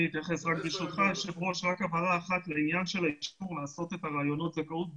רק הבהרה אחת לעניין של האישור לקיים את ראיונות הזכאות ב-זום.